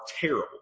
terrible